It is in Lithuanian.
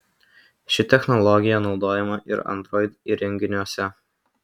ši technologija naudojama ir android įrenginiuose